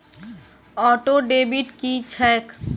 Auto debit की छैक?